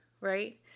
right